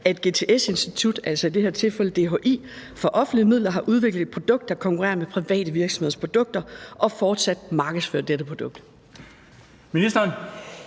et GTS-institut (DHI) for offentlige midler har udviklet et produkt, der konkurrerer med private virksomheders produkter, og fortsat markedsfører dette produkt? Kl.